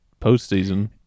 postseason